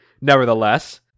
nevertheless